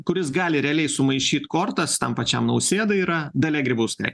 kuris gali realiai sumaišyt kortas tam pačiam nausėda yra dalia grybauskaitė